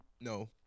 No